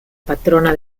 patrona